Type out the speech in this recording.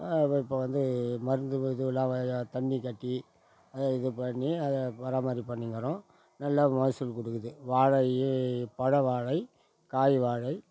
இப்போ இப்போ வந்து மருந்து இதுவல்லாம் வழியாக தண்ணி கட்டி இது பண்ணி அதை பராமரிப்பு பண்ணிக்கிறோம் நல்ல மகசூல் கொடுக்குது வாழை இ பழ வாழை காய் வாழை